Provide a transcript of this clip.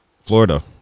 florida